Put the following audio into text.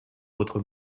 votre